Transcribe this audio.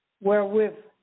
wherewith